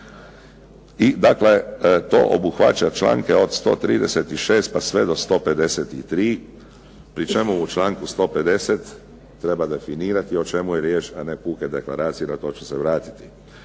radi. I to obuhvaća članke od 136. pa sve do 153. pri čemu u članku 150. treba definirati o čemu je riječ, a ne puke deklaracije. Na to ću se vratiti.